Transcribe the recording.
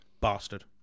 Bastard